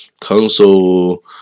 council